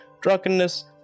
drunkenness